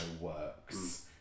works